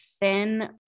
thin